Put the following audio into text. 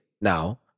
Now